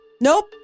Nope